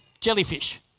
jellyfish